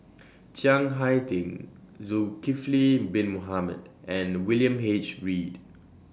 Chiang Hai Ding Zulkifli Bin Mohamed and William H Read